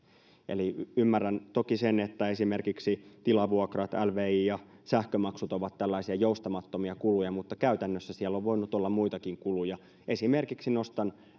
eli ymmärrän toki sen että esimerkiksi tilavuokrat lvi ja sähkömaksut ovat tällaisia joustamattomia kuluja mutta käytännössä siellä on voinut olla muitakin kuluja esimerkiksi nostan